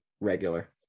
regular